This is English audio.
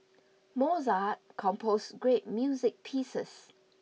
Mozart composed great music pieces